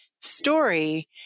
story